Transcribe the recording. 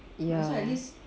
ya